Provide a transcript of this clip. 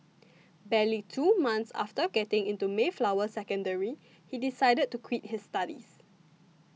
barely two months after getting into Mayflower Secondary he decided to quit his studies